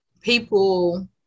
people